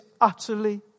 utterly